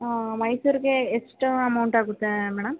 ಹಾಂ ಮೈಸೂರಿಗೆ ಎಷ್ಟು ಅಮೌಂಟ್ ಆಗುತ್ತೆ ಮೇಡಂ